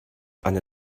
eine